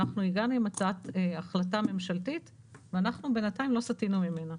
אנחנו הגענו עם הצעת החלטה ממשלתית ואנחנו בינתיים לא סטינו ממנה.